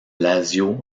lazio